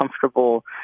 comfortable